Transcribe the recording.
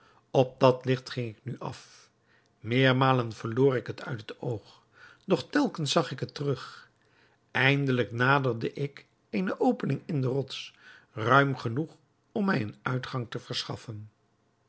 op dat licht ging ik nu af meermalen verloor ik het uit het oog doch telkens zag ik het terug eindelijk naderde ik eene opening in de rots ruim genoeg om mij een uitgang te verschaffen